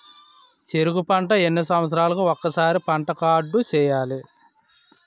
చెరుకు పంట ఎన్ని సంవత్సరాలకి ఒక్కసారి పంట కార్డ్ చెయ్యాలి?